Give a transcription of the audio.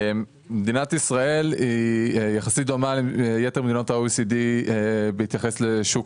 מדינת ישראל יחסית דומה ליתר מדינות ה-OECD בהתייחס לשוק